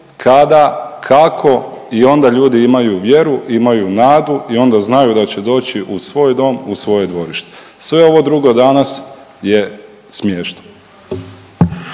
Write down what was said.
kada, kako i onda ljudi imaju vjeru, imaju nadu i onda znaju da će doći u svoj dom, u svoje dvorište. Sve ovo drugo danas je smiješno.